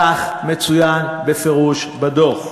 כך מצוין בפירוש בדוח,